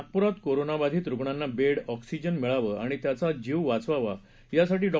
नागपूरात कोरोनाबाधित रुग्णांना बेडऑक्सिजन मिळावं आणि त्यांचा जीव वाचवावा यासाठी डॉ